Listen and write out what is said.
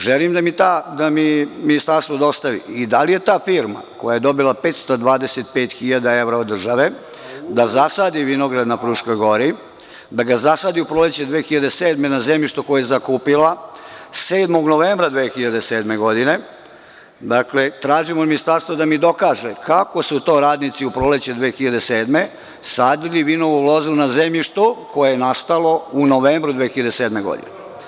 Želim da mi ministarstvo dostavi i da li je ta firma koja je dobila 525.000 evra od države da zasadi vinograd na Fruškoj Gori, da ga zasadi u proleće 2007. godine na zemljištu koje je zakupila 7. novembra 2007. godine, dakle, tražim od ministarstva da mi dokaže kako su to radnici u proleće 2007. godine sadili vinovu lozu na zemljištu koje je nastalo u novembru 2007. godine?